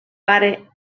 pare